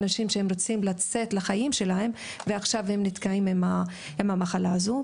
אנשים שרוצים לצאת לחייהם ועכשיו נתקעים עם המחלה הזו.